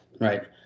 right